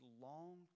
long